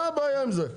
מה הבעיה עם זה?